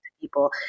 people